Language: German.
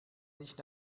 nicht